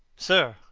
sir,